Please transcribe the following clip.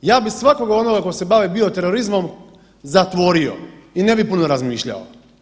Ja bi svakoga onoga ko se bavio bio terorizmom zatvorio i ne bi puno razmišljao.